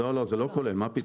לא, לא, זה לא כולל, מה פתאום.